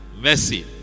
Messi